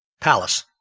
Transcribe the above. palace